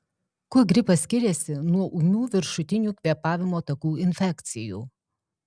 kuo gripas skiriasi nuo ūmių viršutinių kvėpavimo takų infekcijų